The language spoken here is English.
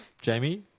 Jamie